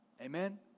Amen